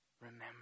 remember